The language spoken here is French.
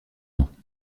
ans